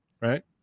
right